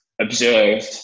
observed